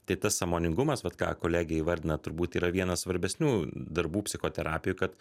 tai tas sąmoningumas vat ką kolegė įvardina turbūt yra vienas svarbesnių darbų psichoterapijoj kad